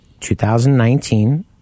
2019